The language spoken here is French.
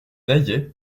naillet